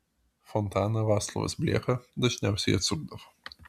fontaną vaclovas blieka dažniausiai atsukdavo